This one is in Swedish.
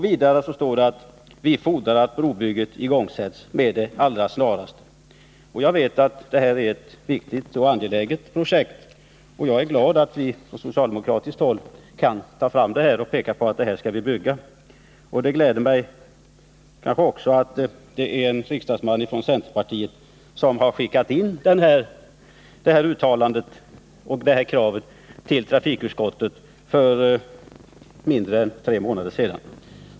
Vidare står det i den här skrivelsen: ”Vi fordrar att brobygget igångsätts med det allra snaraste!” Jag vet att detta är ett viktigt och angeläget projekt, och jag är glad att vi från socialdemokratiskt håll har tagit fram detta och pekat på att vi måste bygga bron. Det glädjer mig också att det är en riksdagsman från centerpartiet som har skickat skrivelsen med det här uttalandet och kravet till trafikutskottet för mindre än fyra månader sedan.